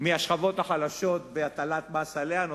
מהשכבות החלשות בהטלת מס עליהן,